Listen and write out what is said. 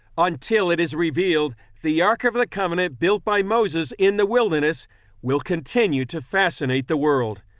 until it is revealed the ark of the covenant built by moses in the wilderness will continue to fascinate the world.